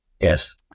Yes